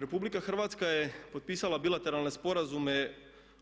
Republika Hrvatska je potpisala bilateralne sporazume